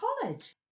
college